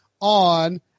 on